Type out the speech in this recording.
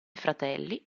fratelli